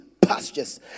pastures